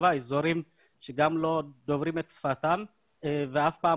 אזורים שגם לא דוברים את שפתם ואף פעם